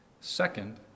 Second